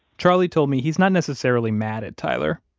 charlie told me he's not necessarily mad at tyler.